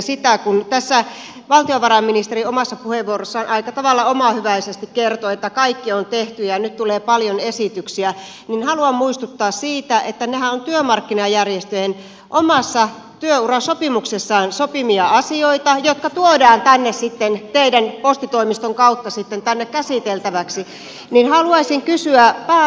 kun tässä valtiovarainministeri omassa puheenvuorossaan aika tavalla omahyväisesti kertoi että kaikki on tehty ja nyt tulee paljon esityksiä niin haluan muistuttaa siitä että nehän ovat työmarkkinajärjestöjen omassa työurasopimuksessaan sopimia asioita jotka tuodaan tänne sitten teidän postitoimistonne kautta käsiteltäviksi ja haluaisin kyllä kysyä pääministeriltä